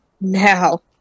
now